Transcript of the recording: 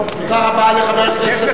תודה רבה לחבר הכנסת.